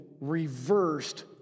reversed